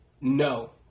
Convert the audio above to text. No